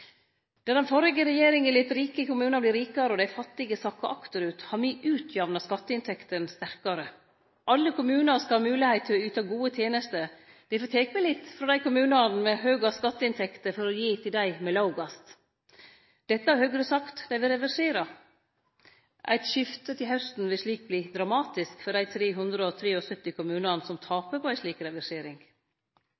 Der den førre regjeringa lét rike kommunar verte rikare og dei fattige sakke akterut, har me utjamna skatteinntektene meir. Alle kommunar skal ha moglegheit til å yte gode tenester. Difor tek me litt frå kommunane med dei høgaste skatteinntektene for å gi til dei med dei lågaste. Dette har Høgre sagt at dei vil reversere. Eit skifte til hausten vil verte dramatisk for dei